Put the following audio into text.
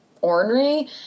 ornery